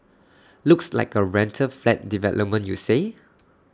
looks like A rental flat development you say